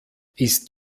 ist